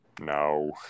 No